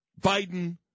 Biden